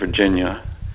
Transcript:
Virginia